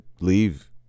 leave